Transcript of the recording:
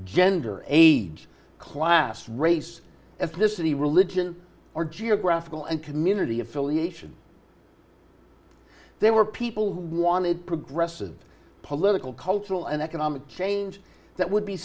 gender age class race ethnicity religion or geographical and community affiliation they were people who wanted progressive political cultural and economic change that would be